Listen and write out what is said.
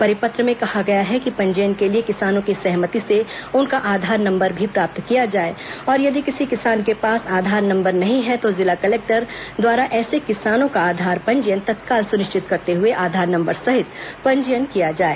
परिपत्र में कहा गया है कि पंजीयन के लिए किसानों की सहमति से उनका आधार नम्बर भी प्राप्त किया जाए और यदि किसी किसान के पास आधार नम्बर नहीं है तो जिला कलेक्टर द्वारा ऐसे किसानों का आधार पंजीयन तत्काल सुनिश्चित करते हए आधार नम्बर सहित पंजीयन किया जाए